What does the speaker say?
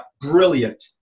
brilliant